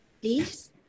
please